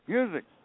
Music